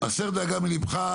הסר דאגה מליבך,